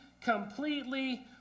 completely